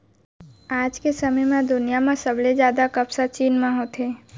आज के समे म दुनिया म सबले जादा कपसा चीन म होथे